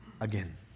again